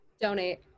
Donate